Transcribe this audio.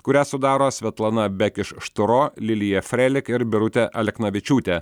kurią sudaro svetlana bekeš štoro lilija frelik ir birutė aleknavičiūtė